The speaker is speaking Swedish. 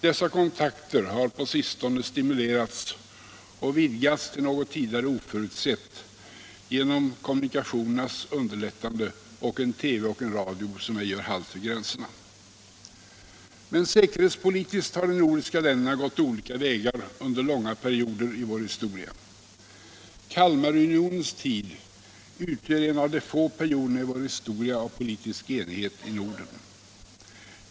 Dessa kontakter har på sistone stimulerats och vidgats till något tidigare oförutsett genom kommunikationernas underlättande och en TV och en radio som ej gör halt vid gränserna. Men säkerhetspolitiskt har de nordiska länderna gått olika vägar under långa perioder i vår historia. Kalmarunionens tid utgör en av de få perioderna av politisk enighet i Norden.